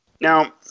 Now